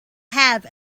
have